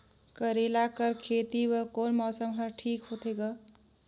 करेला कर खेती बर कोन मौसम हर ठीक होथे ग?